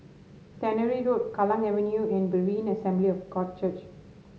Tannery Road Kallang Avenue and Berean Assembly of God Church